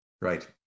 Right